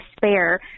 despair